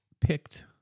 picked